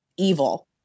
evil